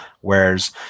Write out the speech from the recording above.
whereas